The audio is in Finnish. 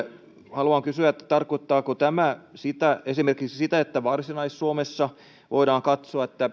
haluan kysyä tarkoittaako tämä esimerkiksi sitä että varsinais suomessa voidaan katsoa